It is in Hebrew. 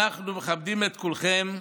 אנחנו מכבדים את כולכם,